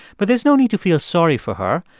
but there's no need to feel sorry for her.